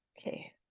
Okay